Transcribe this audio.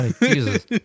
jesus